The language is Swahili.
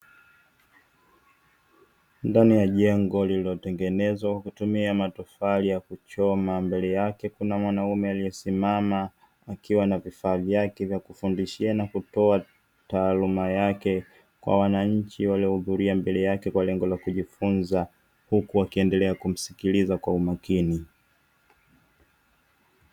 Ndani ya jengo lililotengeneza kutumia matofali ya kuchoma mbele yake kuna mwanaume aliyesimama akiwa na vifaa vyake vya kufundishia na kutoa taaluma yake kwa wananchi waliohudhuria mbele yake kwa lengo la kujifunza huku wakiendelea kumsikiliza kwa umakini.